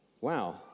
wow